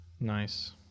Nice